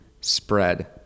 spread